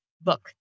book